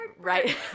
Right